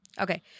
Okay